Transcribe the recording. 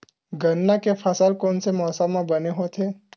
गन्ना के फसल कोन से मौसम म बने होथे?